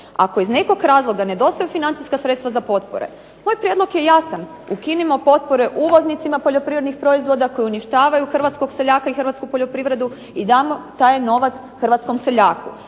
ako iz nekog razloga nedostaje financijska sredstva za potpore, moj prijedlog je jasan. Ukinimo potpore uvoznicima poljoprivrednih proizvoda koji uništavaju hrvatskog seljaka i hrvatsku poljoprivredu i dajmo taj novac seljaku.